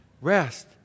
Rest